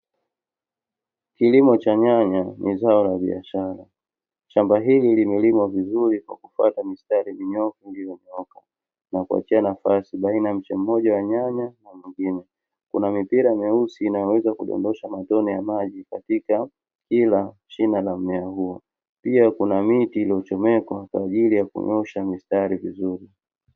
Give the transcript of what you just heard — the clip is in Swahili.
Kilimo cha nyanya ni zao la biashara, shamba hili limelimwa vizuri kwa kufuata mistari minyoofu iliyonyooka, na kuachia nafasi baina ya mche mmoja wa nyanya na mwingine. Kuna mipira myeusi inayoweza kudondosha matone ya maji, katika kila shina la mmea huo. Pia kuna miti iliyochomekwa kwa ajili ya kunyoosha mistari vizuri.